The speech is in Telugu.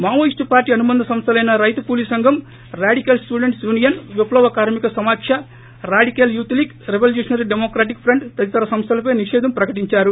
మావోయిస్లు పార్టీ అనుబంధ సంస్థలైన రైతు కూలీ సంఘం ర్యాడికల్ స్టూడెంట్స్ యూనియన్ విప్లవకార్మిక సమాఖ్య radical youth league revolutionary democratic front తదితర సంస్థలపై నిషేధం ప్రకటించారు